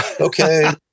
okay